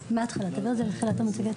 שנה מתאבדים בישראל בין 400 ל-500 איש,